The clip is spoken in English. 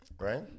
Right